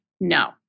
no